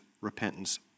repentance